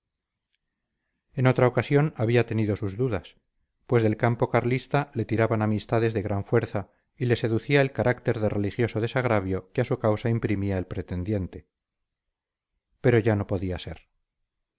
en otra ocasión habría tenido sus dudas pues del campo carlista le tiraban amistades de gran fuerza y le seducía el carácter de religioso desagravio que a su causa imprimía el pretendiente pero ya no podía ser